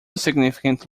significant